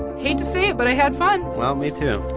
hate to say it, but i had fun well, me, too